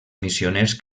missioners